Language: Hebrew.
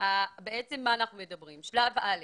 שלב א'